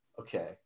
okay